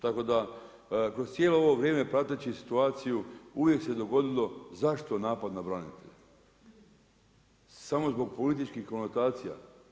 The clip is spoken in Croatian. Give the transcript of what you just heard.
Tako da kroz cijelo ovo vrijeme prateći situaciju uvijek se dogodilo zašto napad na branitelje samo zbog političkih konotacija?